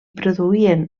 produïen